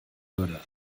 würde